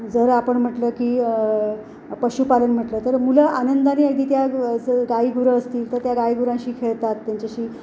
जर आपण म्हटलं की पशुपालन म्हटलं तर मुलं आनंदाने एकदी त्या जर गायीगुरं असतील तर त्या गाईगुरांशी खेळतात त्यांच्याशी